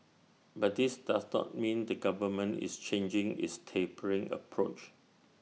but this does not mean the government is changing its tapering approach